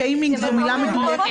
שיימינג זו מילה מדויקת.